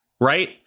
Right